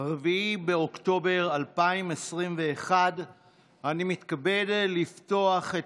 4 באוקטובר 2021. אני מתכבד לפתוח את